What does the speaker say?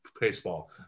baseball